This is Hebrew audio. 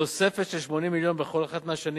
תוספת של 80 מיליון בכל אחת מהשנים